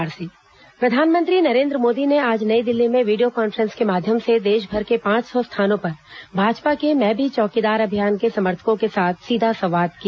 प्रधानमंत्री मैं भी चौकीदार प्रधानमंत्री नरेंद्र मोदी ने आज नई दिल्ली में वीडियो कॉन्फ्रेंस के माध्यम से देशभर के पांच सौ स्थानों पर भाजपा के मैं भी चौकीदार अभियान के समर्थकों के साथ सीधा संवाद किया